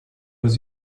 was